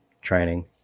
training